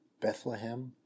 Bethlehem